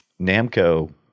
Namco